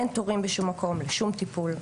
אין תורים בשום מקום לשום טיפול,